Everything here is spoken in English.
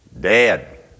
Dead